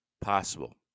Possible